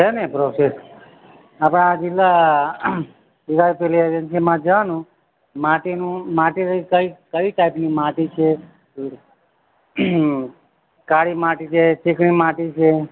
શેની પ્રોસેસ હા પણ આ જિલ્લા જિલ્લાની પેલી એજન્સીમાં જવાનું માટીનું માટી રહી કઈ કઈ ટાઇપની માટી છે કાળી માટી છે ચીકણી માટી છે